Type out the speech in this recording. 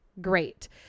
Great